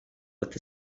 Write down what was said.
with